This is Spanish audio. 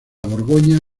borgoña